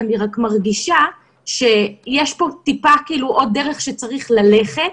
אני רק מרגישה שיש פה טיפה כאילו עוד דרך שצריך ללכת.